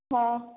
ହଁ